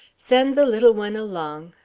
send the little one along.